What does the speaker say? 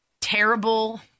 terrible